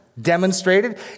demonstrated